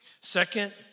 Second